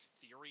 theory